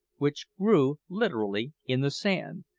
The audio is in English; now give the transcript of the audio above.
which grew literally in the sand,